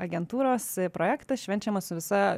agentūros projektas švenčiamas su visa